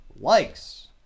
likes